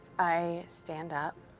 i stand up.